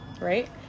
right